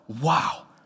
wow